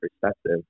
perspective